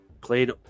played